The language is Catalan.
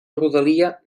rodalia